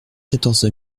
quatorze